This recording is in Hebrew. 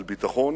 על ביטחון